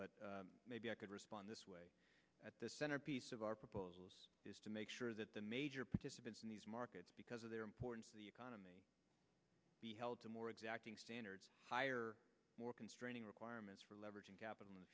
but maybe i could respond this way at the centerpiece of our proposals is to make sure that the major participants in these markets because of their importance to the economy be held to more exacting standards higher more constraining requirements for leveraging capital in the